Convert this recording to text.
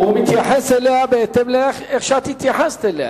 הוא מתייחס אליה בהתאם לאיך שאת התייחסת אליה.